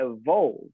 evolve